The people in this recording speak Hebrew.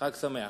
חג שמח.